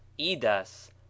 Idas